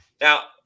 Now